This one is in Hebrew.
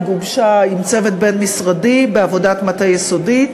היא גובשה עם צוות בין-משרדי בעבודת מטה יסודית,